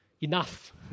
enough